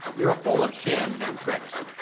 you're full of shams and tricks.